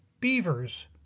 beavers